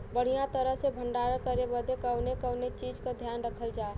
बढ़ियां तरह से भण्डारण करे बदे कवने कवने चीज़ को ध्यान रखल जा?